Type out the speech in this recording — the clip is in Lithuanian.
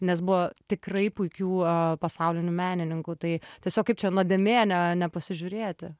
nes buvo tikrai puikių pasaulinių menininkų tai tiesiog kaip čia nuodėmė ne nepasižiūrėti